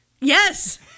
Yes